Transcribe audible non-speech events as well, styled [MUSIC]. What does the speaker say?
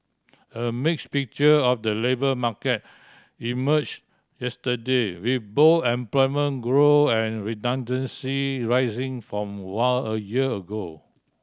a mix picture of the labour market emerge yesterday with both employment grow and redundancy rising form [UNINTELLIGIBLE] a year ago